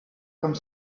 comme